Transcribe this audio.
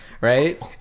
right